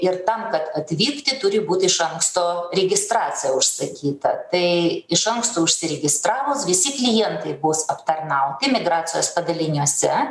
ir tam kad atvykti turi būt iš anksto registracija užsakyta tai iš anksto užsiregistravus visi klientai bus aptarnauti migracijos padaliniuose